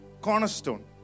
Cornerstone